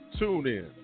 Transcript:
TuneIn